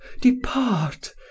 depart